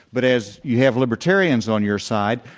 but as you have libertarians on your side,